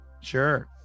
sure